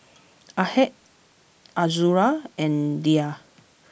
Ahad Azura and Dhia